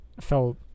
felt